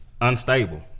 unstable